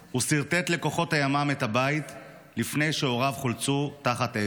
הוא סרטט לכוחות הימ"מ את הבית לפני שהוריו חולצו תחת אש.